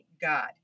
God